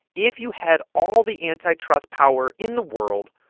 if you had all the antitrust power in the world,